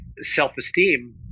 self-esteem